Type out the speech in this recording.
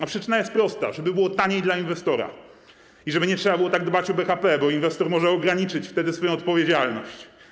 A przyczyna jest prosta: żeby było taniej dla inwestora i żeby nie trzeba było tak dbać o BHP, bo inwestor może ograniczyć wtedy swoją odpowiedzialność.